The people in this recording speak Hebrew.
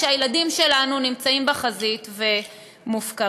כשהילדים שלנו נמצאים בחזית ומופקרים.